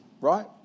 right